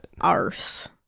Arse